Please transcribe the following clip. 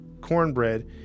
cornbread